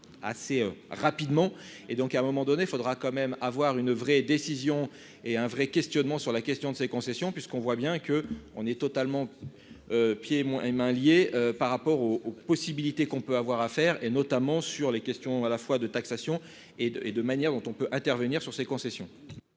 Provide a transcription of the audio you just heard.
assez rapidement et donc à un moment donné, il faudra quand même avoir une vraie décision et un vrai questionnement sur la question de ces concessions, puisqu'on voit bien que on est totalement pieds et mains liés par rapport aux possibilités qu'on peut avoir à faire et notamment sur les questions à la fois de taxation et de et de manière dont on peut intervenir sur ces concessions.